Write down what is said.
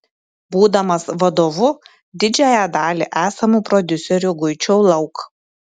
būdamas vadovu didžiąją dalį esamų prodiuserių guičiau lauk